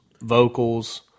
vocals